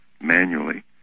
manually